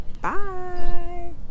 Bye